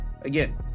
again